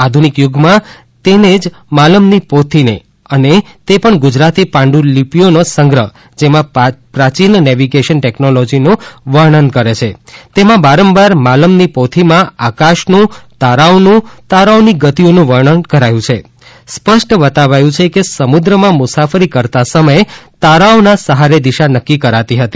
આધુનિક યુગમાં તે જ માલમની પોથીને અને તે પણ ગુજરાતી પાંડુલિપિઓનો સંગ્રહ જેમાં પ્રાચીન નેવિગેશન ટૅક્નૉલૉજીનું વર્ણન કરે છે તેમાં વારંવાર માલમની પોથીમાં આકાશનું તારાઓનું તારાઓની ગતિનું વર્ણન કરાયું છે સ્પષ્ટ બતાવાયું છે કે સમુદ્રમાં મુસાફરી કરતા સમયે તારાઓના સહારે દિશા નક્કી કરાતી હતી